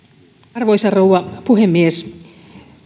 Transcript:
arvoisa rouva puhemies